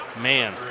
Man